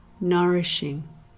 nourishing